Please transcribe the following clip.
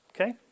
Okay